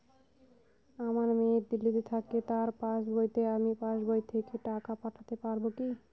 আমার মেয়ে দিল্লীতে থাকে তার পাসবইতে আমি পাসবই থেকে টাকা পাঠাতে পারব কি?